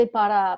para